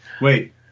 Wait